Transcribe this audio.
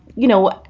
you know,